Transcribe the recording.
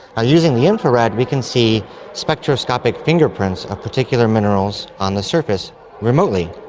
by using the infrared we can see spectroscopic fingerprints of particular minerals on the surface remotely.